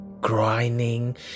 Grinding